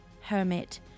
hermit